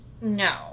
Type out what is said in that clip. No